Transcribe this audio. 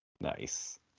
Nice